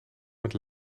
met